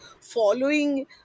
following